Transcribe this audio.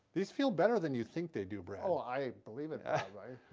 these feel better than you think they do, brad. oh, i believe it alright.